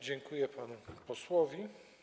Dziękuję panu posłowi.